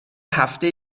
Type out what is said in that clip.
هفته